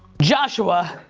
joshua,